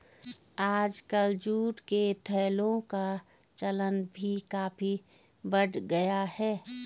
आजकल जूट के थैलों का चलन भी काफी बढ़ गया है